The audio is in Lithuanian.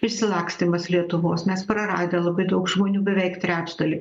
išsilakstymas lietuvos mes praradę labai daug žmonių beveik trečdalį